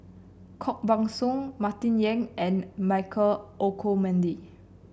Koh Buck Song Martin Yan and Michael Olcomendy